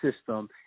system